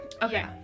Okay